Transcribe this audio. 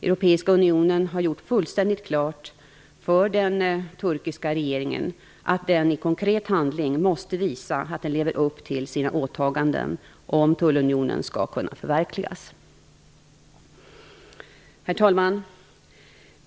Europeiska unionen har gjort fullständigt klart för den turkiska regeringen, att den i konkret handling måste visa att den lever upp till sina åtaganden, om tullunionen skall kunna förverkligas. Herr talman!